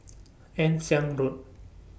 Ann Siang Road